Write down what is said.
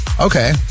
Okay